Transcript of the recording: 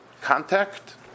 contact